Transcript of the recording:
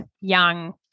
young